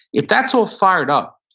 if that's all fired up,